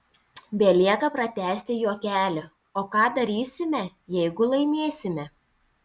belieka pratęsti juokelį o ką darysime jeigu laimėsime